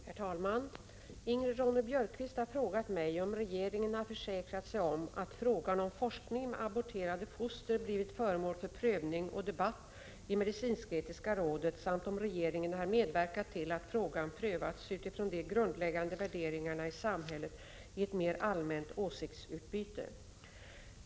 Herr talman! Ingrid Ronne-Björkqvist har frågat mig om regeringen har försäkrat sig om att frågan om forskning med aborterade foster blivit föremål för prövning och debatt i medicinsk-etiska rådet, samt om regeringen har medverkat till att frågan prövats utifrån de grundläggande värderingarna i samhället i ett mer allmänt åsiktsutbyte.